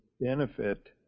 benefit